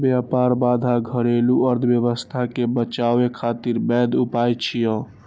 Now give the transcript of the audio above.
व्यापार बाधा घरेलू अर्थव्यवस्था कें बचाबै खातिर वैध उपाय छियै